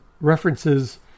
references